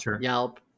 Yelp